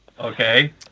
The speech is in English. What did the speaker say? Okay